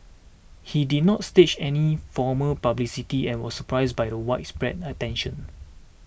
he did not stage any formal publicity and was surprised by the widespread attention